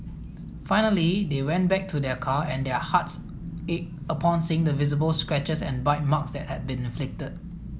finally they went back to their car and their hearts ached upon seeing the visible scratches and bite marks that had been inflicted